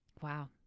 Wow